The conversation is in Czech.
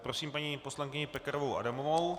Prosím paní poslankyni Pekarovou Adamovou.